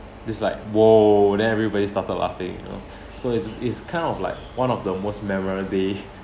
this like !whoa! then everybody started laughing you know so it's it's kind of like one of the most memorable day